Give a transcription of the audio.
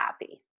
happy